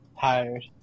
Tired